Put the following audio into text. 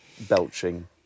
belching